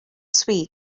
ste